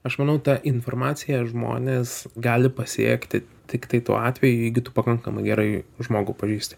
aš manau tą informaciją žmones gali pasiekti tiktai tuo atveju jeigu tu pakankamai gerai žmogų pažįsti